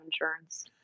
insurance